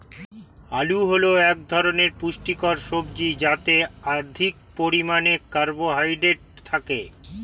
আলু হল এক ধরনের পুষ্টিকর সবজি যাতে অধিক পরিমাণে কার্বোহাইড্রেট থাকে